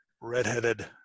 redheaded